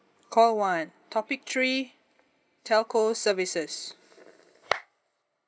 call one topic three telco services